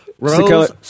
Rose